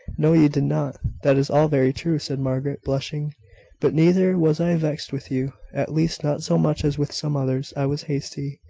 no, you did not that is all very true, said margaret, blushing but neither was i vexed with you at least, not so much as with some others. i was hasty.